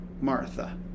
Martha